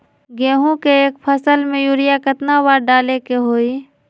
गेंहू के एक फसल में यूरिया केतना बार डाले के होई?